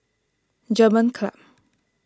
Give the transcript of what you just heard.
German Club